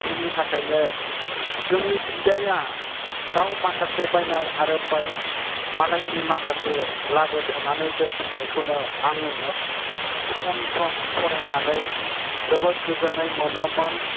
बेनि थाखायनो जोंनि बिदाया गाव माखासे बायनाय आरो बाय मालायनि माखासे लाबोथ'नानै दोनफैनायखौनो आङो सम सम फरायनानै जोबोद गोजोन्नाय मोनोमोन